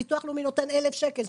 ביטוח לאומי נותן 1,000 שקל,